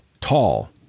tall